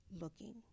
looking